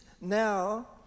now